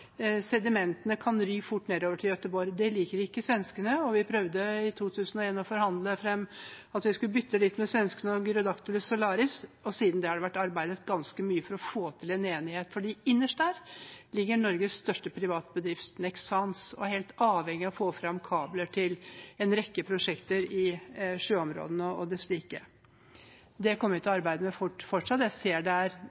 sedimentene kan spre seg fort nedover til Göteborg. Det liker ikke svenskene. Vi prøvde i 2001 å forhandle fram at vi skulle bytte litt med svenskene om Gyrodactylus salaris, og siden det har det vært arbeidet ganske mye for å få til en enighet. For innerst der ligger Norges største private bedrift, Nexans, som er helt avhengig av å få fram kabler til en rekke prosjekter i sjøområdene og desslike. Det kommer vi til